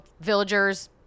villagers